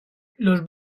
los